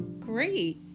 Great